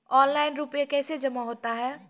Online रुपये कैसे जमा होता हैं?